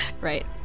right